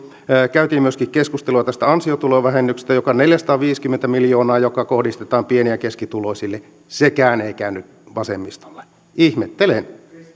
myöskin ansiotulovähennyksestä joka on neljäsataaviisikymmentä miljoonaa ja joka kohdistetaan pieni ja keskituloisille sekään ei käynyt vasemmistolle ihmettelen